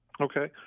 Okay